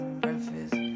breakfast